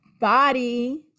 body